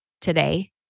today